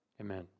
Amen